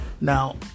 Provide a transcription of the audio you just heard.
Now